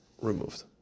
removed